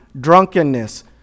drunkenness